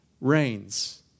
reigns